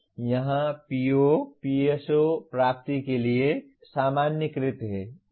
इसलिए यहां POPSO प्राप्ति 1 के लिए सामान्यीकृत हैं